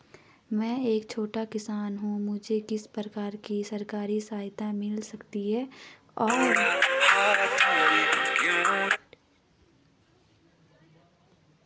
मैं एक छोटा किसान हूँ मुझे किस प्रकार की सरकारी सहायता मिल सकती है और इसकी क्या प्रक्रिया है?